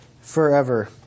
forever